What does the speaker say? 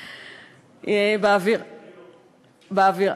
אנשי פס זה בלי אורז.